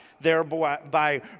thereby